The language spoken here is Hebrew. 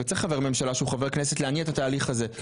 וצריך חבר ממשלה שהוא חבר כנסת להניע את התהליך הזה,